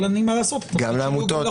אבל אני --- גם לעמותות,